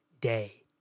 day